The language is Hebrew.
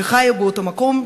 שחיו באותו מקום,